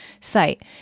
site